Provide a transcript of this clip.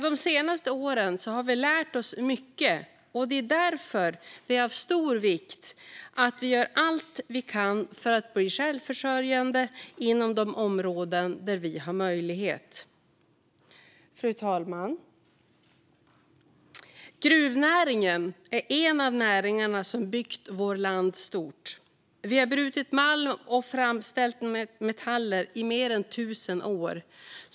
De senaste åren har vi lärt oss mycket, och det är därför av stor vikt att vi gör allt vi kan för att bli självförsörjande inom de områden där vi har möjlighet. Fru talman! Gruvnäringen är en av näringarna som byggt vårt land stort. Vi har brutit malm och framställt metaller i mer än tusen år.